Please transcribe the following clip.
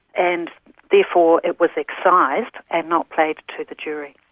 and therefore it was excised and not played to the jury.